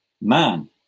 man